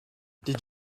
did